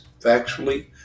factually